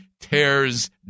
tears